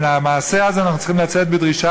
מן המעשה הזה אנחנו צריכים לצאת בדרישה